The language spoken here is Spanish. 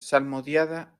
salmodiada